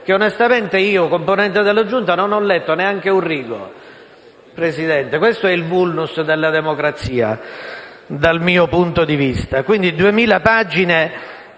fa, onestamente io, componente della Giunta, non ho letto neanche un rigo. Questo è il *vulnus* della democrazia, dal mio punto di vista. Sono 2.000 pagine